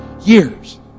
years